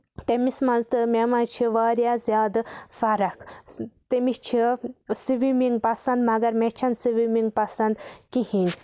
تٔمِس منٛز تہٕ مےٚ منٛز چھِ واریاہ زیادٕ فرق تٔمِس چھِ سٕوِمنگ پَسند مَگر مےٚ چھنہٕ سٕوِمنگ پَسند کِہیٖنۍ